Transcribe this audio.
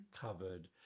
covered